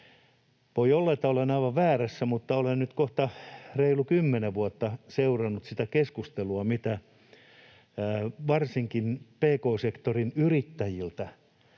Voi olla, että olen aivan väärässä, mutta olen nyt kohta reilu 10 vuotta seurannut sitä keskustelua, mitä varsinkin pk-sektorin yrittäjiltä